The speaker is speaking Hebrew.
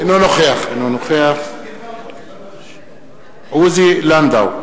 אינו נוכח עוזי לנדאו,